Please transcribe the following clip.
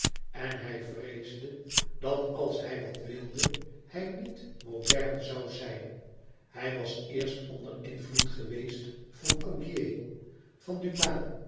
en hij vreesde dat als hij wat wilde hij niet modern zoû zijn hij was eerst onder invloed geweest van augier van dumas